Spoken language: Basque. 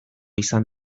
izan